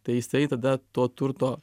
tai jisai tada to turto